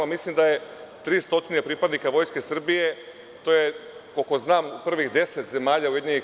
Mislim da je tri stotine pripadnika Vojske Srbije, to je, koliko znam, u prvih 10 zemalja UN.